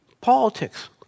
politics